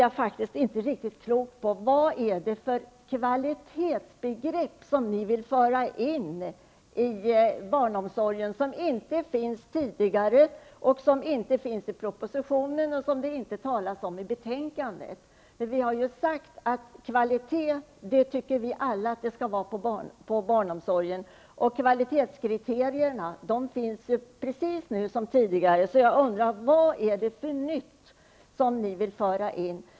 Jag blir inte riktigt klok på vad det är för kvalitetsbegrepp som socialdemokraterna vill föra in i barnomsorgen som inte finns sedan tidigare och som inte finns i propositionen eller talas om i betänkandet. Vi alla tycker att det skall vara kvalitet på barnomsorgen. Kvalitetskriterierna finns nu precis som tidigare. Vad är det för nytt som socialdemokraterna vill föra in?